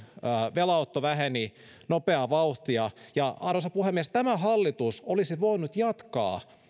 velanotto väheni nopeaa vauhtia arvoisa puhemies tämä hallitus olisi voinut jatkaa